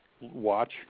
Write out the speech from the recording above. watch